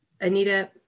Anita